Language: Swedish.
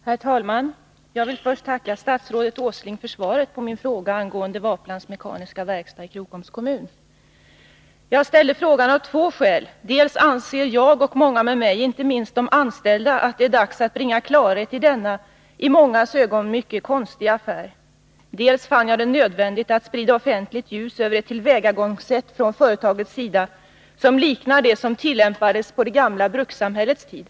Herr talman! Jag vill först tacka statsrådet Åsling för svaret på min fråga angående Waplans Mekaniska Verkstads AB i Krokoms kommun. Jag har ställt frågan av två skäl. Dels anser jag och många med mig, inte minst de anställda, att det är dags att bringa klarhet i denna i mångas ögon mycket konstiga affär, dels fann jag det nödvändigt att sprida offentlighetens ljus över ett tillvägagångssätt från företagets sida som liknar det som tillämpades på det gamla brukssamhällets tid.